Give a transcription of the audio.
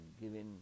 given